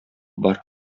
бар